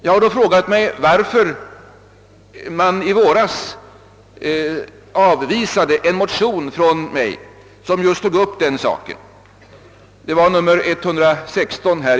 Jag har då frågat mig varför man i våras avvisade en av mig väckt motion, II:116, där just denna fråga togs upp.